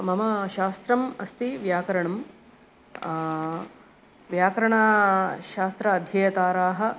मम शास्त्रम् अस्ति व्याकरणं व्याकरणशास्त्रम् अध्येताराः